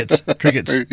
Crickets